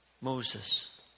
Moses